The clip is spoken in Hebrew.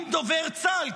אם דובר צה"ל,